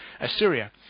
Assyria